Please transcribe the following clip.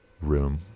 room